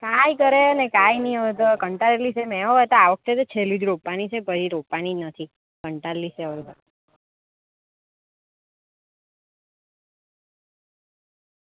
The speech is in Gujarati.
કંઈ કરે ને કંઈ નહીં હવે તો કંટાળેલી છું ને મેં હોવ તો આ વખતે છેલ્લી જ રોપવાની છે પછી રોપવાની નથી કંટાળેલી છું હવે